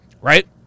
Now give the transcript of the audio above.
Right